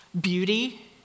beauty